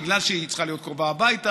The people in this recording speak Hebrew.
בגלל שהיא צריכה להיות קרובה הביתה,